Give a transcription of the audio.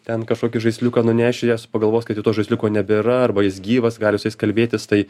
ten kažkokį žaisliuką nuneši jas pagalvos kad jau to žaisliuko nebėra arba jis gyvas gali su jais kalbėtis tai